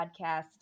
podcast